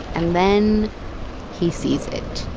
and then he sees it